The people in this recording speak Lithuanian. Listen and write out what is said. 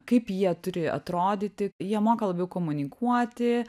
kaip jie turi atrodyti jie moka labiau komunikuoti